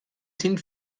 sind